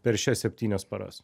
per šias septynias paras